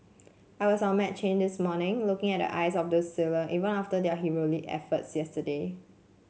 I was on McCain this morning looking at the eyes of those sailor even after their heroic efforts yesterday